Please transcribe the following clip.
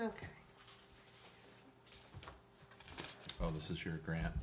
ok well this is your grand